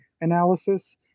analysis